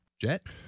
jet